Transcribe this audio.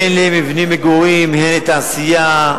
הן למבני מגורים, הן לתעשייה,